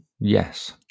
Yes